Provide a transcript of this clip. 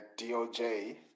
DOJ